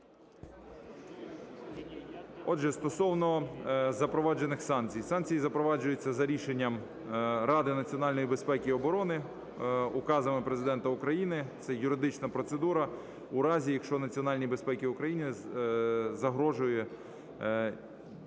Отже, стосовно запроваджених санкцій. Санкції запроваджуються за рішенням Ради національної безпеки і оборони, указами Президента України – це юридична процедура, у разі, якщо національній безпеці України загрожує зовнішня